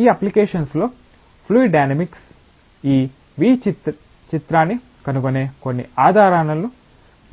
ఈ అప్లికేషన్ లో fluid dynamics ఈ v చిత్యాన్ని కనుగొనే కొన్ని ఆధారాలను